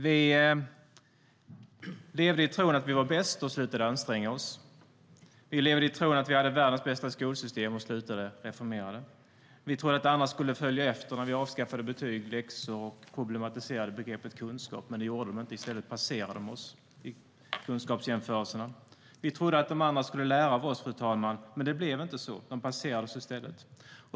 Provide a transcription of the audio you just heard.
Vi levde i tron att vi var bäst och slutade att anstränga oss. Vi levde i tron att vi hade världens bästa skolsystem och slutade att reformera det. Vi trodde att andra skulle följa efter när vi avskaffade betyg, läxor och problematiserade begreppet kunskap, men det gjorde de inte. I stället passerade de oss i kunskapsjämförelserna. Vi trodde att de andra skulle lära av oss, fru talman, men det blev inte så. De passerade oss i stället.